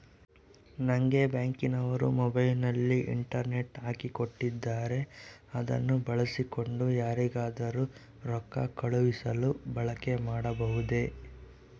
ನಂಗೆ ಬ್ಯಾಂಕಿನವರು ಮೊಬೈಲಿನಲ್ಲಿ ಇಂಟರ್ನೆಟ್ ಹಾಕಿ ಕೊಟ್ಟಿದ್ದಾರೆ ಅದನ್ನು ಬಳಸಿಕೊಂಡು ಯಾರಿಗಾದರೂ ರೊಕ್ಕ ಕಳುಹಿಸಲು ಬಳಕೆ ಮಾಡಬಹುದೇ?